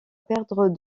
perdre